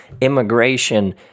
immigration